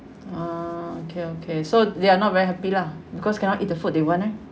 uh okay okay so they are not very happy lah because cannot eat the food they want eh